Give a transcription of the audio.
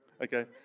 okay